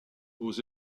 aux